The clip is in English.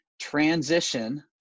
transition